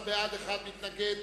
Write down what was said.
13 בעד, אחד מתנגד